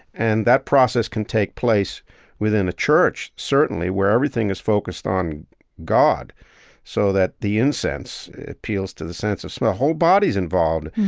and that process can take place within a church, certainly, where everything is focused on god so that the incense appeals to the sense of smell. the whole body is involved,